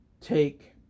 take